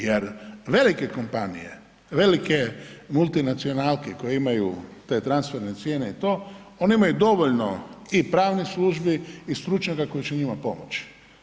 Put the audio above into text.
Jer velike kompanije, velike multinacionalke koje imaju te transferne cijene i to one imaju dovoljno i pravnih službi i stručnjaka koji će njima pomoći.